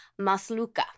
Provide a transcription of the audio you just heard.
Masluka